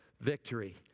victory